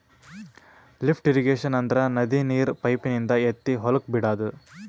lift irrigation ಅಂದ್ರ ನದಿ ನೀರ್ ಪೈಪಿನಿಂದ ಎತ್ತಿ ಹೊಲಕ್ ಬಿಡಾದು